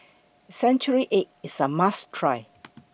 Century Egg IS A must Try